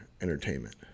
entertainment